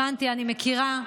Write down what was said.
הבנתי, אני מכירה.